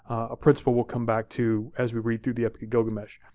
a principle we'll come back to as we read through the epic of gilgamesh.